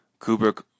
Kubrick